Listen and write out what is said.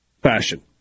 fashion